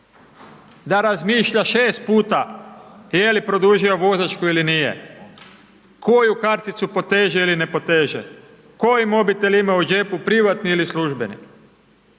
da razmišlja 6 puta je li produžio vozačku ili nije, koju karticu poteže ili ne poteže, koji mobitel ima u džepu, privatni ili službeni.